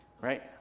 right